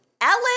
Ellen